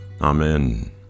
Amen